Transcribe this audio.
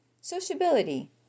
sociability